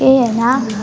केही होइन